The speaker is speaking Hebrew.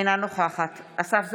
אינה נוכחת אסף זמיר,